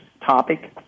topic